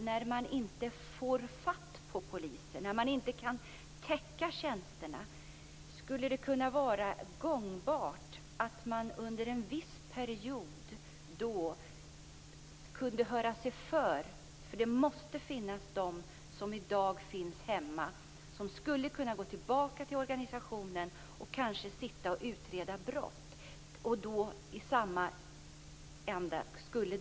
När det inte går att täcka tjänsterna med poliser, kan det vara gångbart att man under en viss period kunde höra sig för om de som går hemma kan komma tillbaka till organisationen och utreda brott.